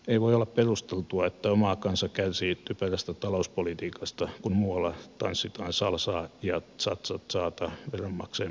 ei voi olla perusteltua että oma kansa kärsii typerästä talouspolitiikasta kun muualla tanssitaan salsaa ja cha cha chata veronmaksajiemme varoilla